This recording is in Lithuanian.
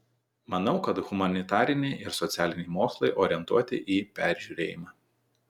manau kad humanitariniai ir socialiniai mokslai orientuoti į peržiūrėjimą